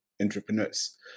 entrepreneurs